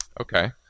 Okay